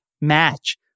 match